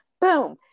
boom